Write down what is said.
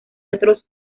otros